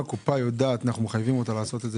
אנחנו מחייבים את הקופה לעשות את זה